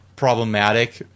Problematic